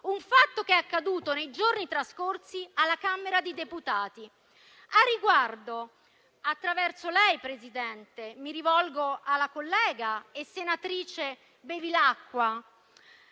un fatto che è accaduto nei giorni scorsi alla Camera dei deputati. A tal riguardo, attraverso lei, signor Presidente, mi rivolgo alla collega e senatrice Bevilacqua,